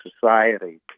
society